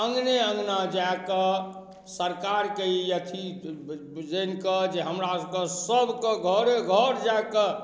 अँगने अँगना जाकऽ सरकारके ई अथी जानिकऽ जे हमरासबके सबके घरेघर जाकऽ